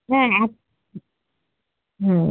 হ্যাঁ এক হুম